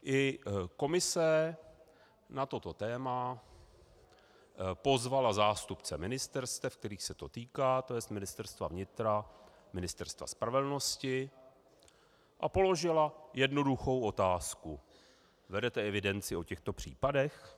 I komise na toto téma pozvala zástupce ministerstev, kterých se to týká, tj. Ministerstva vnitra, Ministerstva spravedlnosti, a položila jednoduchou otázku: Vedete evidenci o těchto případech?